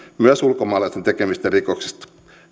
myös ulkomaalaisten tekemistä rikoksista